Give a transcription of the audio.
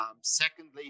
secondly